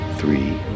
three